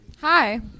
Hi